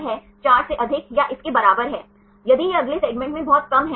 छात्र क्योंकि अधिक फ्लेक्सिबल है